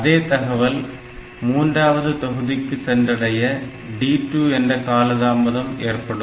அதே தகவல் மூன்றாவது தொகுதிக்கு சென்றடைய D2 என்ற காலதாமதம் ஏற்படும்